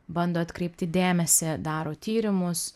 bando atkreipti dėmesį daro tyrimus